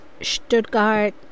Stuttgart